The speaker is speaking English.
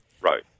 Right